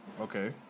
Okay